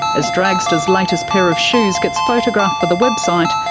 as dragstar's latest pair of shoes gets photographed for the website,